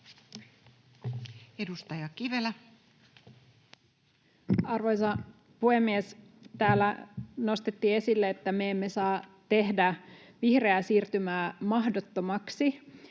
Content: Arvoisa puhemies! Täällä nostettiin esille, että me emme saa tehdä vihreää siirtymää mahdottomaksi.